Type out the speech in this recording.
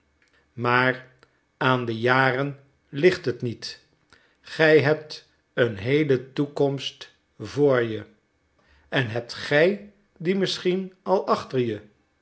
maar aan de jaren ligt het niet gij hebt een heele toekomst voor je en hebt gij die misschien al achter je